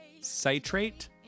citrate